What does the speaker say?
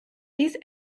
these